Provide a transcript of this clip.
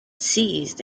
seized